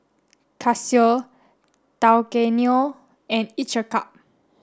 Casio Tao Kae Noi and Each a cup